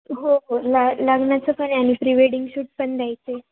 हो हो ला लग्नाचं पण आणि प्री वेडिंग शूट पण द्यायचं आहे